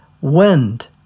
wind